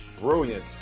brilliant